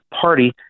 party